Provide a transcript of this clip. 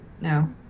no